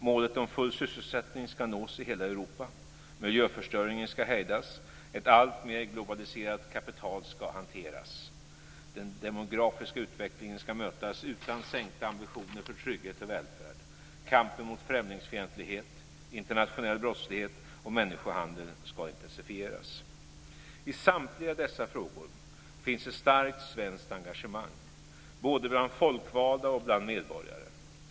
Målet om full sysselsättning ska nås i hela Europa. Miljöförstöringen ska hejdas. Ett alltmer globaliserat kapital ska hanteras. Den demografiska utvecklingen ska mötas utan sänkta ambitioner för trygghet och välfärd. Kampen mot främlingsfientlighet, internationell brottslighet och människohandel ska intensifieras. I samtliga dessa frågor finns ett starkt svenskt engagemang både bland folkvalda och bland medborgare.